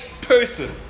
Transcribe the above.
person